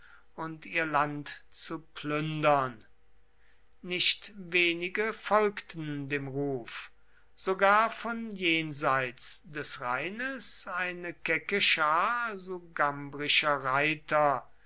und ihr land zu plündern nicht wenige folgten dem ruf sogar von jenseits des rheines eine kecke schar sugambrischer reiter